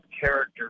character